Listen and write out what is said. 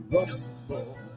Rumble